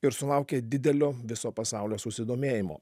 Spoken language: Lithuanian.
ir sulaukė didelio viso pasaulio susidomėjimo